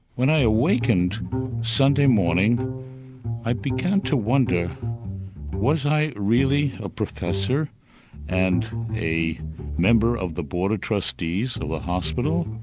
when i awakened sunday morning i began to wonder was i really a professor and a member of the board of trustees of the hospital?